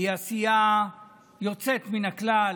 היא עשייה יוצאת מן הכלל,